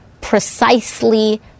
precisely